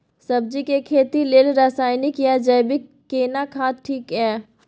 सब्जी के खेती लेल रसायनिक या जैविक केना खाद ठीक ये?